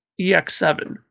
EX7